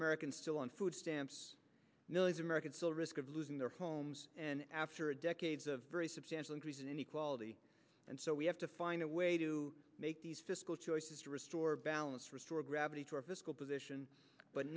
americans still on food stamps millions americans still risk of losing their homes and after decades of very substantial increase in inequality and so we have to find a way to make these fiscal choices to restore balance restore gravity to our fiscal position but